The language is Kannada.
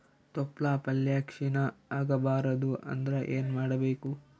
ತೊಪ್ಲಪಲ್ಯ ಕ್ಷೀಣ ಆಗಬಾರದು ಅಂದ್ರ ಏನ ಮಾಡಬೇಕು?